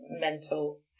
mental